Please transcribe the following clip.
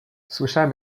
słyszałem